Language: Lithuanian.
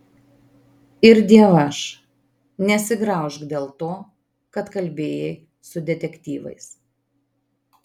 ir dievaž nesigraužk dėl to kad kalbėjai su detektyvais